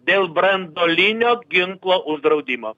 dėl branduolinio ginklo uždraudimo